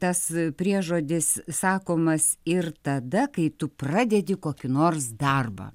tas priežodis sakomas ir tada kai tu pradedi kokį nors darbą